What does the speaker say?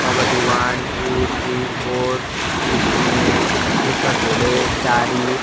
kabaddi one two three four अनि mister झोले जारी